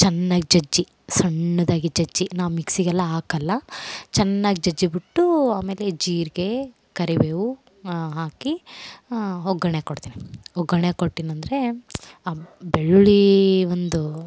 ಚೆನ್ನಾಗ್ ಜಜ್ಜಿ ಸಣ್ಣದಾಗಿ ಜಜ್ಜಿ ನಾವು ಮಿಕ್ಸಿಗೆಲ್ಲ ಹಾಕೊಲ್ಲ ಚೆನ್ನಾಗ್ ಜಜ್ಜಿಬಿಟ್ಟೂ ಆಮೇಲೆ ಜೀರಿಗೆ ಕರಿಬೇವು ಹಾಕಿ ಒಗ್ಗರ್ಣೆ ಕೊಡ್ತೀನಿ ಒಗ್ಗರಣೆ ಕೊಟ್ಟಿನಂದರೆ ಆ ಬೆಳ್ಳುಳ್ಳೀ ಒಂದು